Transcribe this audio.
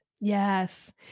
Yes